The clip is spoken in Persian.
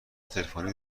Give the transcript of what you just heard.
تلفنی